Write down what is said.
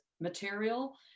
material